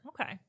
Okay